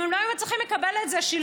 אם הם לא היו מצליחים לקבל את זה שלשום,